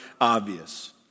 obvious